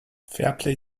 fairplay